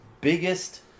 biggest